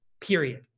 period